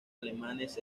alemanes